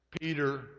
Peter